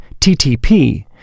TTP